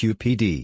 Qpd